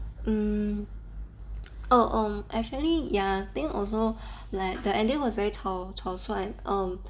mm oh um actually ya I think also like the ending was very 草率 um